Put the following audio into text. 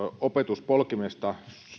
opetuspolkimesta